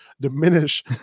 diminish